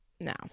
Now